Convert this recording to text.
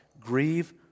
grieve